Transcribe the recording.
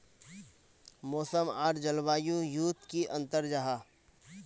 मौसम आर जलवायु युत की अंतर जाहा?